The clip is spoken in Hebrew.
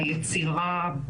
ביצירה,